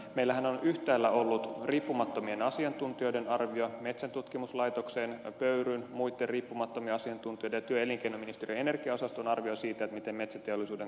meillähän on yhtäällä ollut riippumattomien asiantuntijoiden arvio metsäntutkimuslaitoksen pöyryn muitten riippumattomien asiantuntijoiden ja työ ja elinkeinoministeriön energiaosaston arvio siitä miten metsäteollisuuden kulutus kehittyy